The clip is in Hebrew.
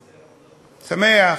שמח,